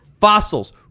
fossils